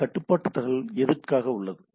இந்த கட்டுப்பாட்டு தகவல் எதற்காக உள்ளது